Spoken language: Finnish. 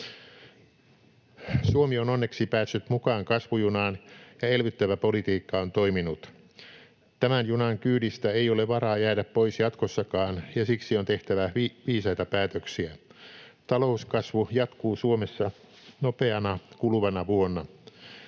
Suomi on onneksi päässyt mukaan kasvujunaan, ja elvyttävä politiikka on toiminut. Tämän junan kyydistä ei ole varaa jäädä pois jatkossakaan, ja siksi on tehtävä viisaita päätöksiä. Talouskasvu jatkuu Suomessa nopeana kuluvana vuonna.